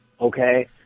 Okay